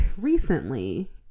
recently